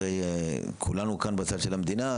הרי כולנו כאן בצד של המדינה,